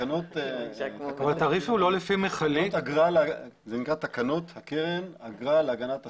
זה נקרא תקנות הקרן אגרה להגנת הסביבה.